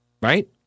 right